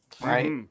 right